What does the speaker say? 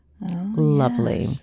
lovely